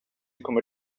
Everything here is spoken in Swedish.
kommer